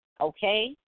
okay